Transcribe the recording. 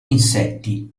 insetti